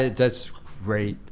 that's great,